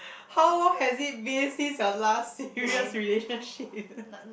how long has it been since your last serious relationship